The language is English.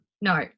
no